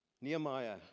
Nehemiah